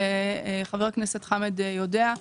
חבר הכנסת חמד עמאר יודע,